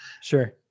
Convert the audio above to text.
Sure